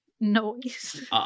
Noise